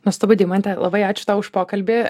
nuostabu deimante labai ačiū tau už pokalbį